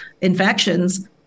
infections